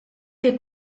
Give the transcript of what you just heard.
que